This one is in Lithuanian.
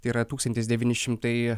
tsi yra tūkstantis devyni šimtai